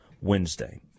Wednesday